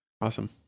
awesome